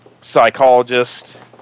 psychologist